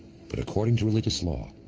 but according to religious law,